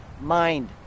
mind